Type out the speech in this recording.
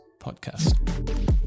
podcast